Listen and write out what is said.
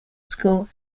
school